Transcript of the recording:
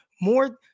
more